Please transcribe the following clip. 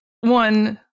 one